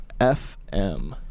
FM